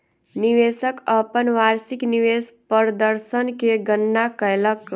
निवेशक अपन वार्षिक निवेश प्रदर्शन के गणना कयलक